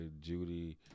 Judy